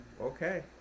Okay